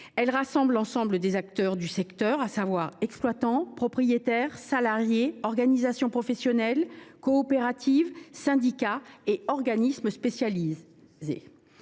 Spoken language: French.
Elles rassemblent l’ensemble des acteurs du secteur : exploitants, propriétaires, salariés, organisations professionnelles, coopératives, syndicats et organismes spécialisés.